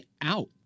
out